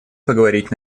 поговорить